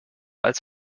als